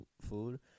food